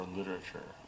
literature